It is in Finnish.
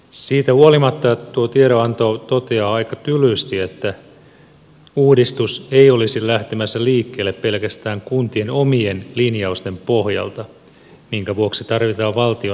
siitä huolimatta tuo tiedonanto toteaa aika tylysti että uudistus ei olisi lähtemässä liikkeelle pelkästään kuntien omien linjausten pohjalta minkä vuoksi tarvitaan valtion toimenpiteitä